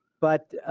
but